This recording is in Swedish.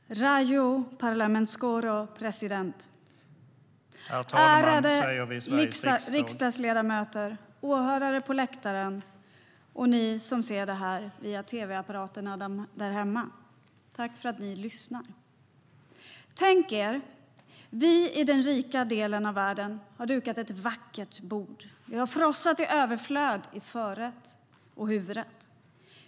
Rajo parlamenteskoro president! Tänk er att vi i den rika delen av världen har dukat ett vackert bord. Vi har frossat i överflöd i förrätt och huvudrätt.